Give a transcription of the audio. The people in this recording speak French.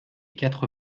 quatre